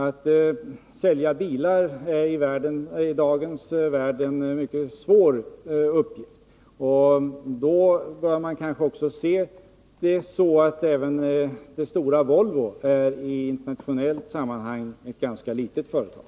Att sälja bilar är i dagens värld en mycket svår uppgift. Och sett i internationellt sammanhang är även det stora Volvo ett ganska litet företag.